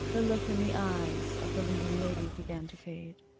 the look in the eyes of the leading lady began to fade.